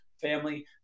family